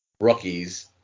rookies